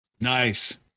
Nice